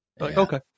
Okay